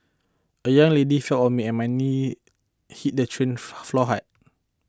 a young lady fell on me and my knee hit the train floor hard